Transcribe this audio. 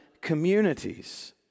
communities